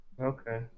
Okay